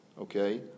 okay